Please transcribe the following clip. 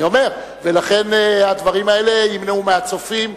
אני אומר: ולכן הדברים האלה ימנעו מ"הצופים",